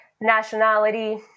nationality